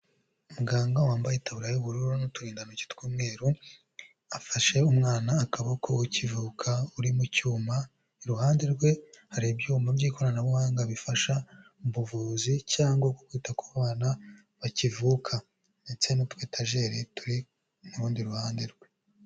Umuganga wambaye itaburiya y'ubururu n'uturindantoki tw'umweru, afashe umwana akaboko ukivuka uri mu cyuma. Iruhande rwe hari ibyuma by'ikoranabuhanga bifasha mu buvuzi cyangwa mukwita ku bana bakivuka ndetse n'utwegatajeri turi mu rundi ruhande rwe.